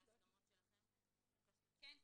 כן.